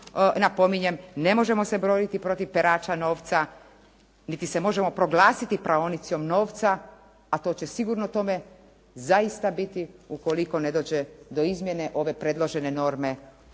napominjem ne možemo se boriti protiv perača novca, niti se možemo proglasiti praonicom novca, a to će sigurno tome zaista biti ukoliko ne dođe ove predložene norme